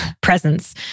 presence